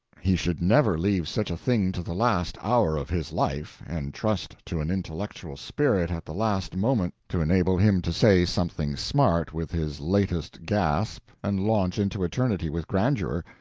he should never leave such a thing to the last hour of his life, and trust to an intellectual spirit at the last moment to enable him to say something smart with his latest gasp and launch into eternity with grandeur.